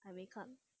还没看